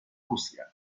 rusia